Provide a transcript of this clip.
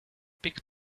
big